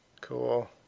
Cool